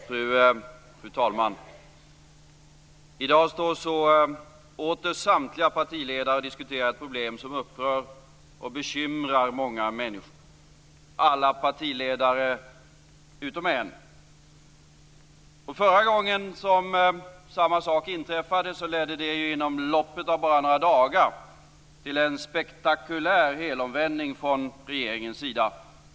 Fru talman! I dag står så åter samtliga partiledare och diskuterar ett problem som upprör och bekymrar många människor - alla partiledare utom en. Förra gången som samma sak inträffade ledde det inom loppet av bara några dagar till en spektakulär helomvändning från regeringens sida.